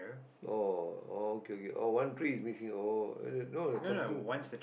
oh oh okay okay oh one tree is missing oh uh no no something